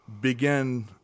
begin